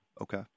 Okay